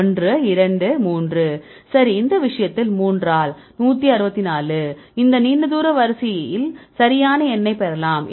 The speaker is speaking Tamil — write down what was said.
1 2 3 சரி இந்த விஷயத்தில் 3 ஆல் 164 இந்த நீண்ட தூர வரிசையில் சரியான எண்ணைப் பெறலாம்